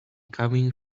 coming